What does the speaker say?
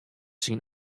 syn